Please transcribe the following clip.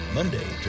Monday